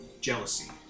Jealousy